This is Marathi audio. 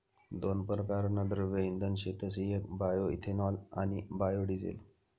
दोन परकारना द्रव्य इंधन शेतस येक बायोइथेनॉल आणि बायोडिझेल